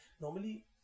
Normally